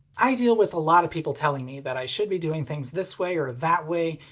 i deal with a lot of people telling me that i should be doing things this way or that way,